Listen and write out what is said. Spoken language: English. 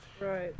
Right